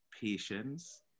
patience